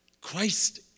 Christ